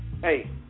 Hey